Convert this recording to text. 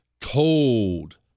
cold